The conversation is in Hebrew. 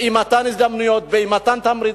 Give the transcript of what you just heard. באי-מתן הזדמנויות, באי-מתן תמריצים,